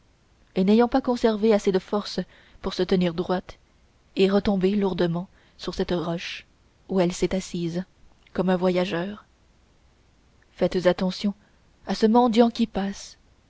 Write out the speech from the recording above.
et n'ayant pas conservé assez de force pour se tenir droite est retombée lourdement sur cette roche où elle s'est assise comme un voyageur faites attention à ce mendiant qui passe